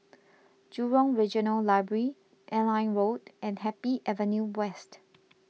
Jurong Regional Library Airline Road and Happy Avenue West